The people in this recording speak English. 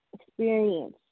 experience